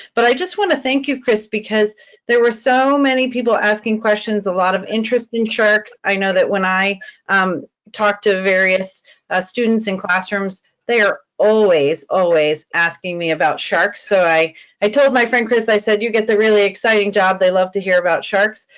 but i just want to thank you, chris, because there were so many people asking questions, a lot of interest in sharks. i know that when i um talked to various ah students in classrooms, they're always, always asking me about sharks. so i i told my friend chris, i said, you get the really exciting job. they love to hear about sharks.